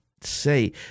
say